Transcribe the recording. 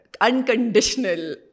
Unconditional